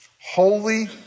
Holy